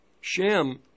Shem